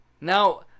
Now